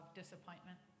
disappointment